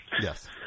Yes